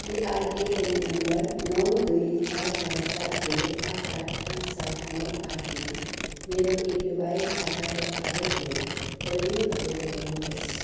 PRAN number नौ दुई छ छ सात दुई आठ आठ पाँच सात नौ आठमा मेरो एपिवाई खाताको हालको होल्डिङहरू देखाउनुहोस्